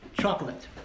Chocolate